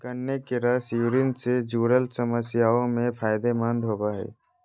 गन्ने के रस यूरिन से जूरल समस्याओं में फायदे मंद होवो हइ